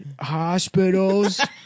hospitals